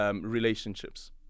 relationships